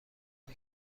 کند